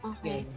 Okay